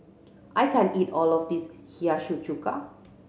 I can't eat all of this Hiyashi Chuka